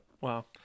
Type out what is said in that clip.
Wow